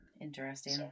Interesting